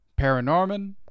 Paranorman